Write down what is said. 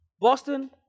Boston